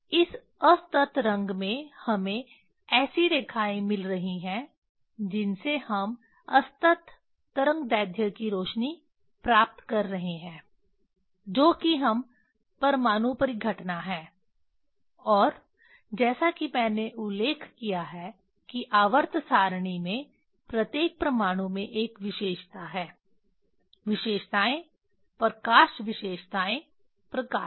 इस असतत रंग से हमें ऐसी रेखाएँ मिल रही हैं जिनसे हम असतत तरंगदैर्ध्य की रोशनी प्राप्त कर रहे हैं जो कि हम परमाणु परिघटना हैं और जैसा कि मैंने उल्लेख किया है कि आवर्त सारणी में प्रत्येक परमाणु में एक विशेषता है विशेषताएँ प्रकाश विशेषताएँ प्रकाश